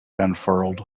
unfurled